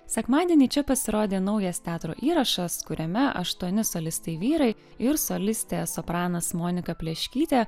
sekmadienį čia pasirodė naujas teatro įrašas kuriame aštuoni solistai vyrai ir solistė sopranas monika pleškytė